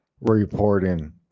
reporting